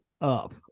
up